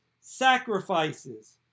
sacrifices